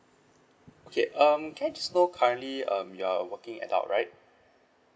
okay um can I just know currently um you are a working adult right